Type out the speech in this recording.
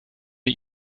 wir